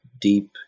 deep